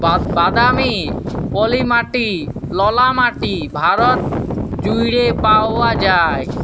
বাদামি, পলি মাটি, ললা মাটি ভারত জুইড়ে পাউয়া যায়